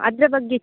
ಅದರ ಬಗ್ಗೆ